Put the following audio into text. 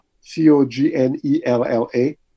c-o-g-n-e-l-l-a